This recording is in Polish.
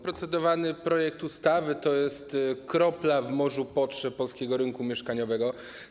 Procedowany projekt ustawy to jest kropla w morzu potrzeb polskiego rynku mieszkaniowego.